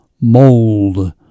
Mold